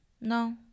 No